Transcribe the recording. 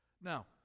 Now